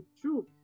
true